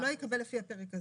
יקבל לפי הפרק הזה.